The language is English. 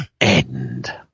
End